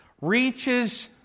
reaches